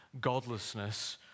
godlessness